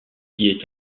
est